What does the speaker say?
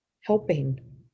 helping